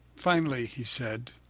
finally, he said